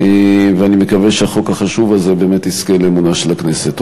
אני מקווה שהחוק החשוב הזה באמת יזכה לאמונה של הכנסת.